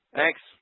Thanks